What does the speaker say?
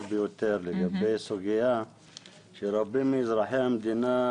ביותר לגבי סוגיה שרבים מאזרחי המדינה,